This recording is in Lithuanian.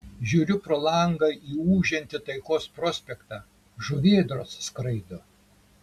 žiūriu pro langą į ūžiantį taikos prospektą žuvėdros skraido